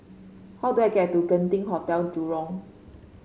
how do I get to Genting Hotel Jurong